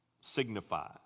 Signify